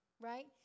right